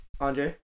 Andre